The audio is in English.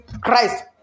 Christ